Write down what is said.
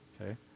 okay